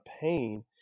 pain